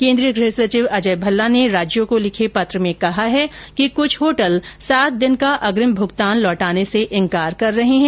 केन्द्रीय गृह सचिव अजय भल्ला ने राज्यों को लिखे पत्र में कहा है कि कुछ होटल सात दिन का अग्रिम भुगतान लौटाने से इनकार कर रहे है